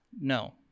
No